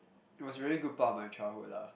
it was really good part of my childhood lah